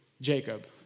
Jacob